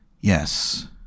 yes